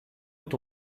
est